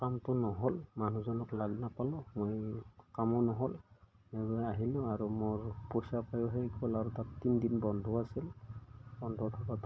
কামটো নহ'ল মানুহজনক লাগ নাপালোঁ মই কামো নহ'ল এনেই আহিলোঁ আৰু মোৰ পইচা পায়ো শেষ হ'ল আৰু তাত তিনিদিন বন্ধও আছিল বন্ধ থকাত